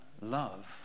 love